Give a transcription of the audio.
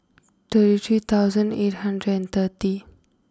thirty three thousand eight hundred and thirty